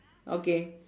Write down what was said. okay